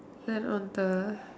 then on the